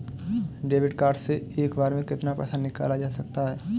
Debit card से एक बार में कितना पैसा निकाला जा सकता है?